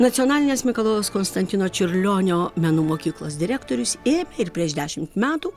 nacionalinės mikalojaus konstantino čiurlionio menų mokyklos direktorius ėmė ir prieš dešimt metų